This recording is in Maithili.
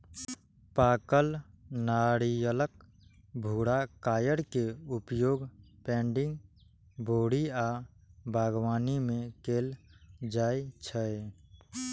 पाकल नारियलक भूरा कॉयर के उपयोग पैडिंग, बोरी आ बागवानी मे कैल जाइ छै